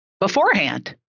beforehand